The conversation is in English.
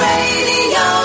Radio